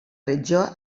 regió